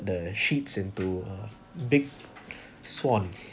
the sheets into a big swan